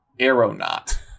aeronaut